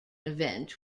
event